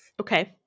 Okay